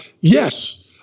Yes